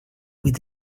with